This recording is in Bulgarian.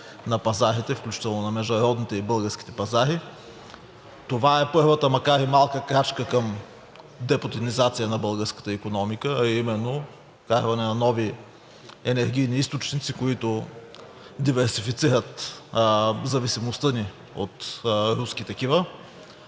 на пазарите, включително на международните и на българските пазари. Това е първата, макар и малка, крачка към депутинизация на българската икономика, а именно вкарване на нови енергийни източници, които диверсифицират зависимостта ни от руски такива.